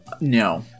No